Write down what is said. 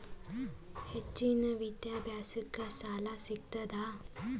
ಹೆಚ್ಚಿನ ವಿದ್ಯಾಭ್ಯಾಸಕ್ಕ ಸಾಲಾ ಸಿಗ್ತದಾ?